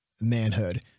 manhood